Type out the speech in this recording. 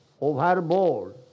Overboard